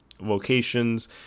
locations